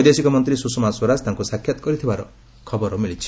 ବୈଦେଶିକ ମନ୍ତ୍ରୀ ସୁଷମା ସ୍ୱରାଜ ତାଙ୍କୁ ସାକ୍ଷାତ କରିଥିବାର ଖବର ମିଳିଛି